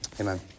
Amen